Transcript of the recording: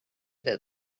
that